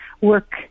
work